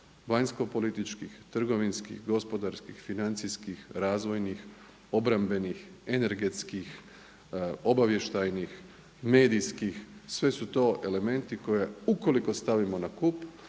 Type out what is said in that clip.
vanjskopolitičkih, trgovinskih, gospodarskih, financijskih, razvojnih, obrambenih, energetskih, obavještajnih, medijskih sve su to elementi koje ukoliko stavimo na kup